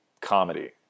comedy